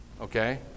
Okay